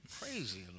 crazy